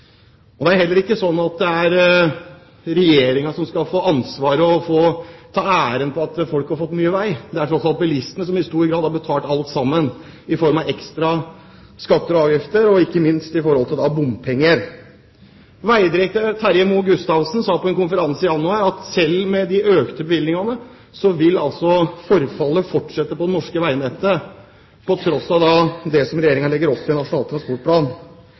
Det er heller ikke sånn at det er Regjeringen som skal få ansvaret og få ta æren for at folk har fått mye vei – det er tross alt bilistene som i stor grad har betalt alt sammen i form av ekstra skatter og avgifter, og ikke minst i form av bompenger. Veidirektør Terje Moe Gustavsen sa på en konferanse i januar at selv med de økte bevilgningene vil forfallet fortsette på det norske veinettet, på tross av det som Regjeringen legger opp til i Nasjonal transportplan.